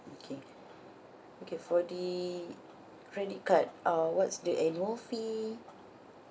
okay okay for the credit card uh what's the annual fee